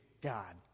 God